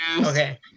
Okay